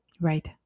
Right